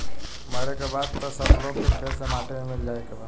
मरे के बाद त सब लोग के फेर से माटी मे मिल जाए के बा